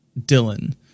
Dylan